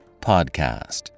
PODCAST